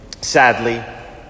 sadly